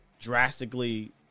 drastically